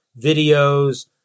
videos